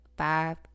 Five